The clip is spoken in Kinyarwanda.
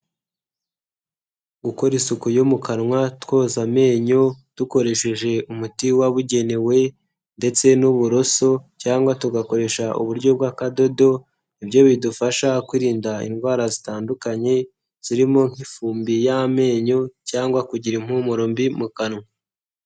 Gukora isuku yo mu kanwa twoza amenyo dukoresheje umuti wabugenewe ndetse n'uburoso cyangwa tugakoresha uburyo bw'akadodo n'ibyo bidufasha kwirinda indwara zitandukanye, zirimo nk'ifumbi y'amenyo cyangwa kugira impumuro mbi mu kanwa.